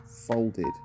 folded